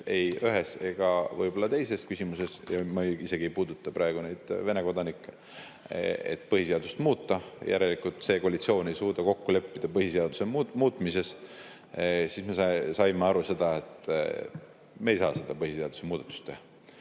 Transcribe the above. ei ühes ega teises küsimuses – ja ma isegi ei puuduta praegu neid Vene kodanikke –, et põhiseadust muuta, siis järelikult see koalitsioon ei suuda kokku leppida põhiseaduse muutmises. Me saime aru, et me ei saa seda põhiseaduse muudatust